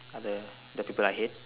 all the the people I hate